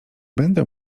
będę